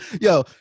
yo